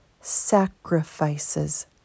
sacrifices